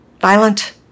Violent